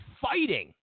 fighting